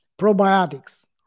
probiotics